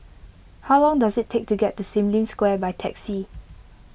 how long does it take to get to Sim Lim Square by taxi